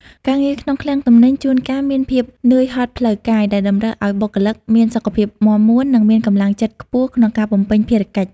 ការងារក្នុងឃ្លាំងទំនិញជួនកាលមានភាពនឿយហត់ផ្លូវកាយ ដែលតម្រូវឱ្យបុគ្គលិកមានសុខភាពមាំមួន និងមានកម្លាំងចិត្តខ្ពស់ក្នុងការបំពេញភារកិច្ច។